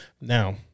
Now